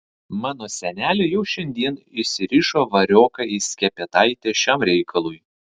mano senelė jau šiandien įsirišo varioką į skepetaitę šiam reikalui